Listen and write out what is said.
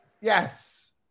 Yes